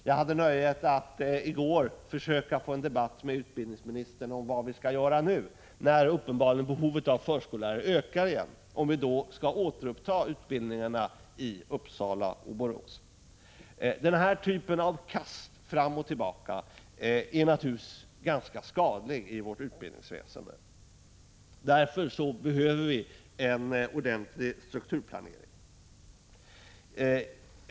Jag hade i går nöjet att försöka få till stånd en debatt med utbildningsministern om vad vi skall göra nu, när behovet av förskolelärare uppenbarligen ökar igen. Skall vi återuppta utbildningarna i Uppsala och Borås? Denna typ av kast fram och tillbaka inom vårt utbildningsväsende är naturligtvis ganska skadlig. Därför behöver vi en ordentlig strukturplanering.